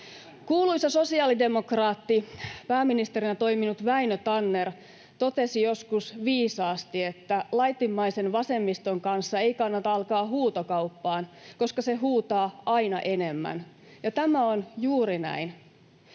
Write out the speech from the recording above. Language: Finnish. Kuuluisa sosiaalidemokraatti, pääministerinä toiminut Väinö Tanner totesi joskus viisaasti, että laitimmaisen vasemmiston kanssa ei kannata alkaa huutokauppaan, koska se huutaa aina enemmän, ja on juuri näin.